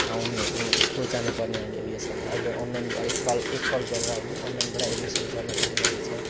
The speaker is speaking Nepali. उनीहरू स्कुल जानु पर्ने अहिले उयो छैन अहिले अनलाइनबाटै कल एक कल गरेर होइन अनलाइनबाटै एडमिसन गर्न सकिरहेको छ